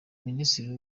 minisiteri